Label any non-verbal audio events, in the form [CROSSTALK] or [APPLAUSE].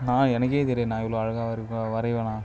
நான் எனக்கே தெரியாது நான் இவ்வளோ அழகாக [UNINTELLIGIBLE] வரைவேனா